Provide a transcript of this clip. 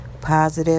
Positive